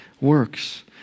works